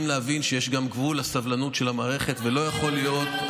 צריכים להבין שיש גם גבול לסבלנות של המערכת ולא יכול להיות,